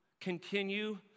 continue